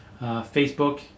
Facebook